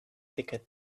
thicker